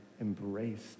embraced